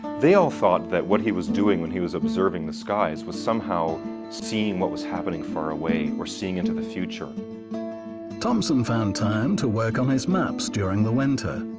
they all thought that what he was doing when he was observing the skies was somehow seeing what was happening far away, or seeing into the future thompson found time to work on his maps during the winter.